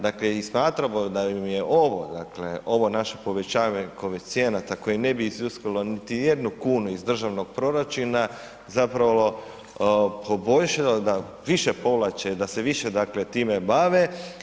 Dakle i smatramo da im je ovo, dakle ovo naše povećavanje koeficijenata koje ne bi iziskalo niti jednu kunu iz državnog proračuna zapravo poboljšalo da više povlače, da se više dakle time bave.